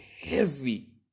heavy